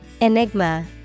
Enigma